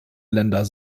länder